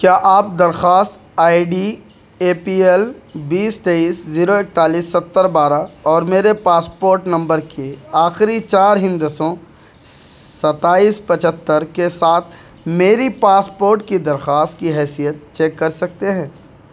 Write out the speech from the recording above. کیا آپ درخواست I D A P L بیس تیئس زیرو اکتالیس ستر بارہ اور میرے پاسپورٹ نمبر کے آخری چار ہندسوں ستائیس پچہتر کے ساتھ میری پاسپورٹ کی درخواست کی حیثیت چیک کر سکتے ہیں